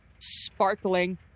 sparkling